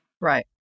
Right